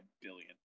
billion